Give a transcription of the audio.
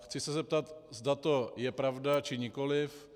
Chci se zeptat, zda to je pravda, či nikoliv.